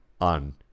on